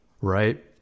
right